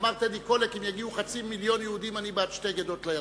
אמר טדי קולק: אם יגיעו חצי מיליון יהודים אני בעד שתי גדות לירדן.